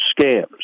scams